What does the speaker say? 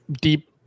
deep